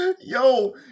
Yo